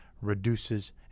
reduces